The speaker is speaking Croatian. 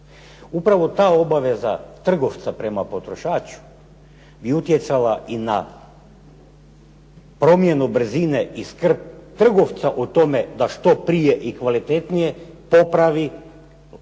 Upravo ta obaveza trgovca prema potrošaču je utjecala i na promjenu brzine i skrb trgovca o tome da što prije i kvalitetnije popravi neispravan